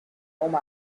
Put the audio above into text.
onto